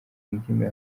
indimi